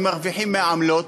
אם מרוויחים מעמלות.